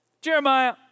Jeremiah